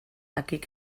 aquell